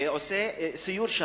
ועושה שם סיור.